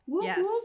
Yes